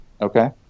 Okay